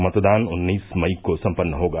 मतदान उन्नीस मई को सम्पन्न होगा